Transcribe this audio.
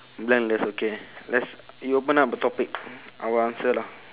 blank that's okay let's you open up a topic I will answer lah